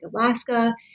Alaska